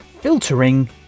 filtering